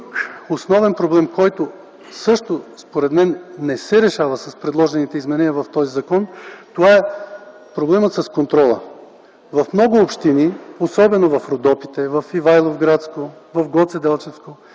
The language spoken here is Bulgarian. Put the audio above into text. основен проблем, който според мен също не се решава с предложените изменения в този закон, е проблемът с контрола. В много общини, особено в Родопите – в Ивайловградско, в Гоцеделчевско,